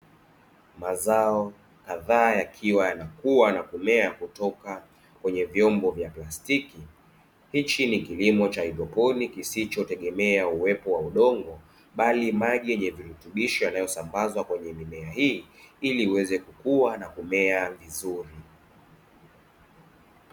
Mazao kadhaa yakiwa yanakua na kumea kutoka kwenye vyombo vya plastiki. Hichi ni kilimo cha haidroponi kisichotegemea uwepo wa udongo bali maji yenye virutubisho yanayoendelea kusambazwa kwenye mimea hii ili iweze kukua na kumea vizuri.